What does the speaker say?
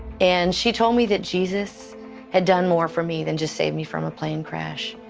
and she told me that jesus had done more for me than just save me from a plane crash.